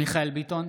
מיכאל מרדכי ביטון,